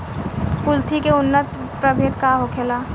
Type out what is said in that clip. कुलथी के उन्नत प्रभेद का होखेला?